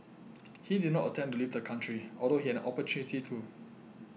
he did not attempt to leave the country although he had an opportunity to